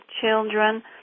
children